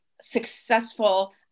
successful